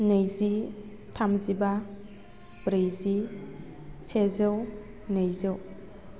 नैजि थामजिबा ब्रैजि सेजौ नैजौ